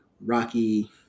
Rocky